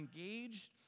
engaged